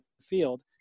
field